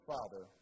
Father